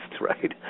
right